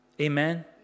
Amen